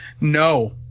No